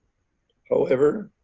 however,